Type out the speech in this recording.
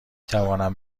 توانم